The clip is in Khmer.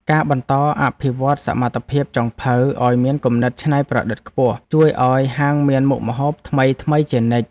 ការបន្តអភិវឌ្ឍសមត្ថភាពចុងភៅឱ្យមានគំនិតច្នៃប្រឌិតខ្ពស់ ជួយឱ្យហាងមានមុខម្ហូបថ្មីៗជានិច្ច។